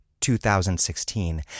2016